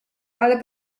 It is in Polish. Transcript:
ale